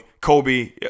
Kobe